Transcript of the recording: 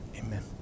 amen